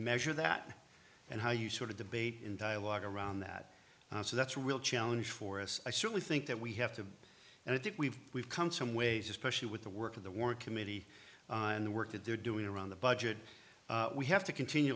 measure that and how you sort of debate in dialogue around that so that's real challenge for us i certainly think that we have to and i think we've we've come some ways especially with the work of the work committee and the work that they're doing around the budget we have to continue